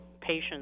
patients